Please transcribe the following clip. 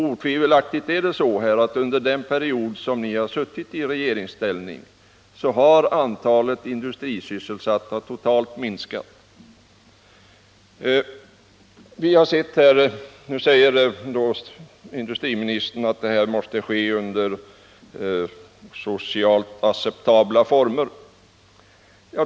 Otvivelaktigt är det så att under den period som ni har suttit i regeringsställning antalet industrisysselsatta totalt har minskat. Industriministern säger att detta måste ske under socialt acceptabla former.